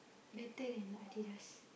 better than Adidas